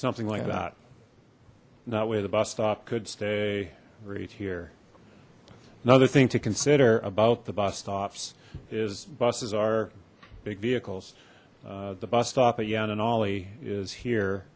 something like that that way the bus stop could stay right here another thing to consider about the bus stops is buses are big vehicles the bus stop again and olli is here